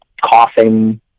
coughing